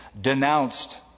denounced